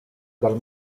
dal